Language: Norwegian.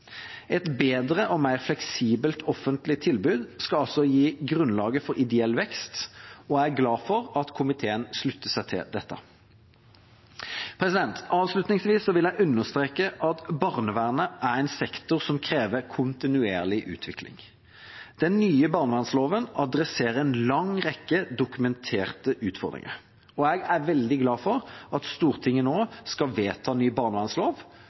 Et bedre og mer fleksibelt offentlig tilbud skal altså gi grunnlaget for ideell vekst, og jeg er glad for at komiteen slutter seg til dette. Avslutningsvis vil jeg understreke at barnevernet er en sektor som krever kontinuerlig utvikling. Den nye barnevernsloven adresserer en lang rekke dokumenterte utfordringer, og jeg er veldig glad for at Stortinget nå skal vedta ny barnevernslov.